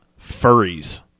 furries